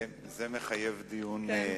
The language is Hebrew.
זה מחייב דיון נפרד.